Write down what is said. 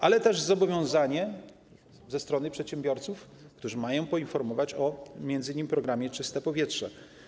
Ale też zobowiązanie ze strony przedsiębiorców, którzy mają poinformować o m.in. programie ˝Czyste powietrze˝